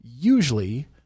usually